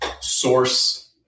source